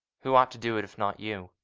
who ought to do it if not you?